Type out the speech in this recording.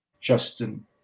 Justin –